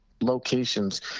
locations